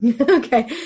okay